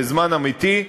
בזמן אמיתי,